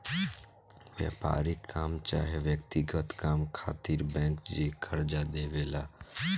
व्यापारिक काम चाहे व्यक्तिगत काम खातिर बैंक जे कर्जा देवे ला